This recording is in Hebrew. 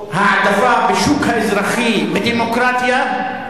העדפה בשוק האזרחי בדמוקרטיה,